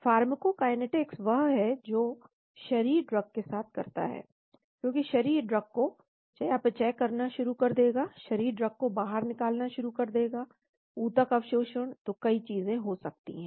pharmacokinetics वह है जो शरीर ड्रग के साथ करता है क्योंकि शरीर ड्रग को चयापचय करना शुरू कर देगा शरीर ड्रग को बाहर निकालना शुरू कर देगा ऊतक अवशोषण तो कई चीजें हो सकती हैं